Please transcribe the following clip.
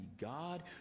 God